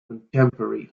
contemporary